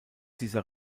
dieser